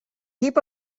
heap